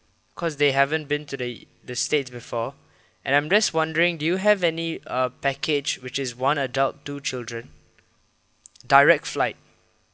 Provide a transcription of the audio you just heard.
cause they haven't been to the the states before and I'm just wondering do you have any err package which is one adult two children direct flight